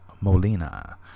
molina